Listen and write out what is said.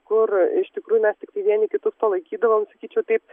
kur iš tikrųjų mes vieni kitus palaikydavom sakyčiau taip